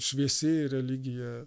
šviesi religija